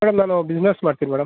madam ನಾನು business ಮಾಡ್ತೀನಿ madam